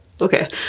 Okay